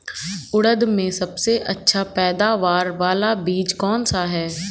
उड़द में सबसे अच्छा पैदावार वाला बीज कौन सा है?